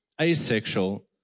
asexual